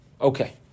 Okay